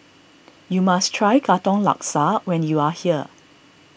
you must try Katong Laksa when you are here